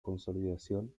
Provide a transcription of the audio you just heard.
consolidación